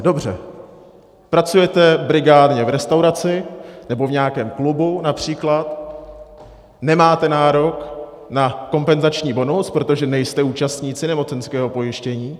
Dobře, pracujete brigádně v restauraci nebo v nějakém klubu například, nemáte nárok na kompenzační bonus, protože nejste účastníci nemocenského pojištění.